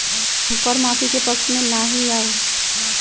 हम कर माफी के पक्ष में ना ही याउ